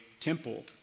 temple